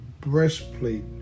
breastplate